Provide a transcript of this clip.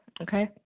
okay